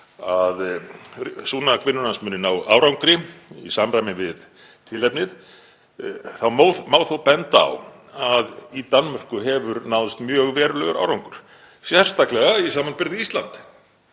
að Sunak vinur hans muni ná árangri í samræmi við tilefnið. Það má þó benda á að í Danmörku hefur náðst mjög verulegur árangur, sérstaklega í samanburði við Ísland.